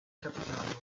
capitano